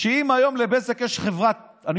שאם היום לבזק יש מאפיית פיתות,